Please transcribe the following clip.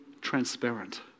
transparent